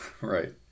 Right